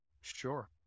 sure